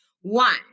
One